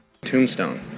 Tombstone